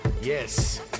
Yes